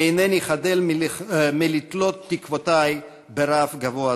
אינני חדל מלתלות תקוותי ברף גבוה זה.